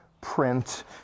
print